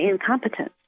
incompetence